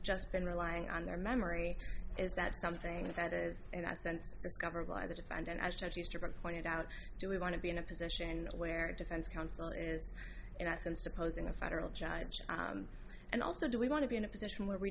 just been relying on their memory is that something that is in a sense discovered by the defendant as a teacher but pointed out do we want to be in a position where a defense counsel is in essence opposing a federal judge and also do we want to be in a position where we